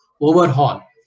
overhaul